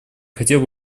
хотел